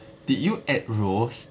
did you add rows